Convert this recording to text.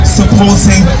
supporting